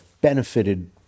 benefited